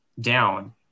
down